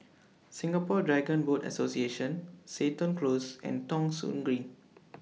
Singapore Dragon Boat Association Seton Close and Thong Soon Green